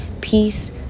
peace